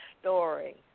story